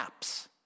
apps